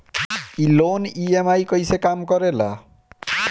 ई loan EMI कईसे काम करेला?